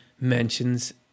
mentions